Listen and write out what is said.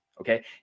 okay